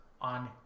on